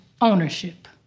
ownership